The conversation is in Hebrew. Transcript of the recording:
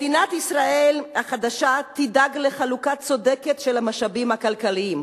מדינת ישראל החדשה תדאג לחלוקה צודקת של המשאבים הכלכליים,